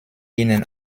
ihnen